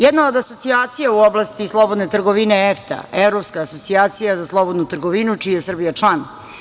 Jedna od asocijacija u oblasti slobodne trgovine EFTA, Evropska asocijacija za slobodnu trgovinu, čiji je Srbija član.